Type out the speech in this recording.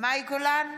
מאי גולן,